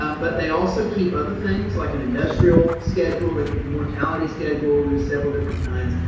um but they also keep other things, like an industrial schedule, they keep a mortality schedule, there's several different kinds.